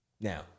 Now